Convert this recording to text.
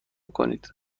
کنید